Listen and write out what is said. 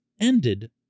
ended